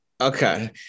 Okay